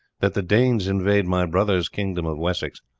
that the danes invade my brother's kingdom of wessex,